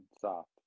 Soft